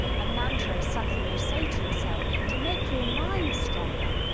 a mantra is something you say to yourself to make your mind stronger.